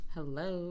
Hello